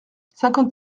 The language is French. cinquante